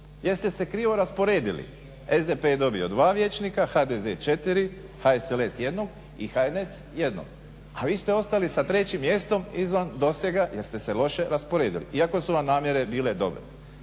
ste se krivo rasporedili, SDP je dobio 2 vijećnika, HDZ 4, HSLS 1 i HNS 1, a vi ste ostali sa trećim mjestom izvan dosega jer ste se loše rasporedili iako su vam namjere bile dobre.